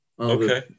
Okay